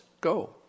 go